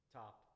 top –